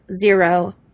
zero